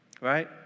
right